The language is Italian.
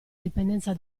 dipendenza